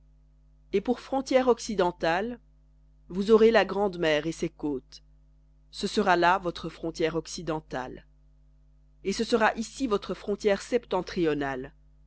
et pour frontière occidentale vous aurez la grande mer et côtes ce sera là votre frontière occidentale et ce sera ici votre frontière septentrionale